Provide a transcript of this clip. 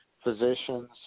Physicians